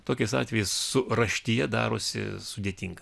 tokiais atvejais su raštija darosi sudėtinga